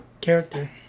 character